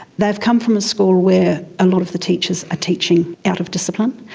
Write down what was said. they've come from a school where a lot of the teachers are teaching out of discipline,